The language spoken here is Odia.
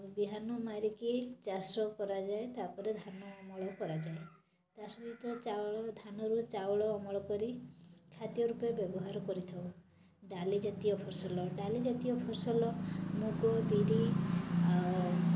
ବିହାନ ମାରିକି ଚାଷ କରାଯାଏ ତାପରେ ଧାନ ଅମଳ କରାଯାଏ ତାସହିତ ଚାଉଳ ଧାନରୁ ଚାଉଳ ଅମଳ କରି ଖାଦ୍ୟରୂପେ ବ୍ୟବହାର କରିଥାଉ ଡ଼ାଲି ଜାତୀୟ ଫସଲ ଡ଼ାଲି ଜାତୀୟ ଫସଲ ମୁଗ ବିରି ଆଉ